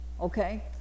Okay